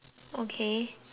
orh